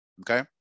okay